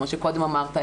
כמו שקודם אמרת.